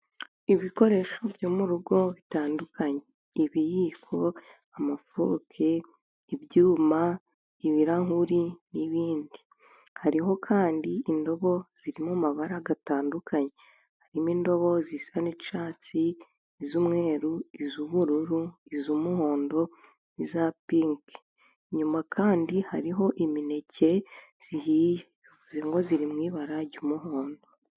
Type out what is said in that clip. Ibikoresho byo mu rugo bitandukanye: ibiyiko, amafoke, ibyuma, ibirahuri n'ibindi. Hariho kandi indobo ziri mu mabara atandukanye, harimo indobo zisa n'icyatsi, iz'umweru, iz'ubururu, iz'umuhondo, n'iza pinki. Inyuma kandi hariho imineke ihiye, bivuze ngo iri mu ibara ry'umuhondo.